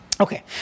Okay